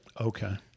Okay